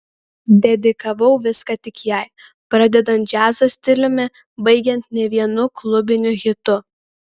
dedikavau viską tik jai pradedant džiazo stiliumi baigiant ne vienu klubiniu hitu